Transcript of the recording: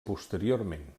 posteriorment